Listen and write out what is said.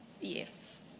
Yes